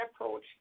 approach